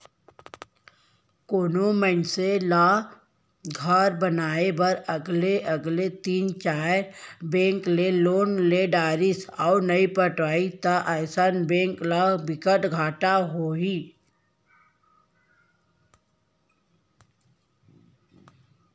कोनो मनसे ह घर बनाए बर अलगे अलगे तीनए चार बेंक ले लोन ले डरिस अउ नइ पटाही त अइसन म बेंक ल बिकट घाटा होही